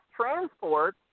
transport